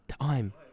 Time